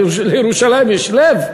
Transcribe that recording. לירושלים יש לב?